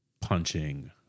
punching